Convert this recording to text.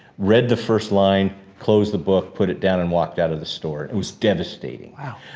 read the first line, closed the book, put it down and walked out of the store. it was devastating. wow.